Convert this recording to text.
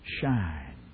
shine